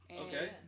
Okay